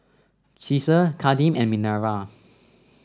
Caesar Kadeem and Minerva